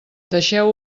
deixeu